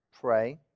pray